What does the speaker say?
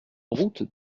route